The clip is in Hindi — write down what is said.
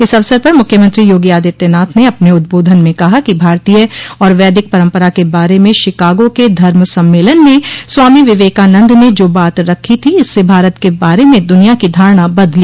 इस अवसर पर मुख्यमंत्री योगी आदित्यनाथ ने अपने उद्बोधन में कहा कि भारतीय और वैदिक परम्परा के बारे में शिकागो के धर्म सम्मेलन में स्वामी विवेकानन्द ने जो बात रखी थी इससे भारत के बारे में दुनिया की धारणा बदली